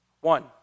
One